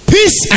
Peace